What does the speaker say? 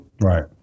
Right